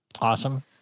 Awesome